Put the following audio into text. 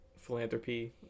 Philanthropy